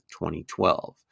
2012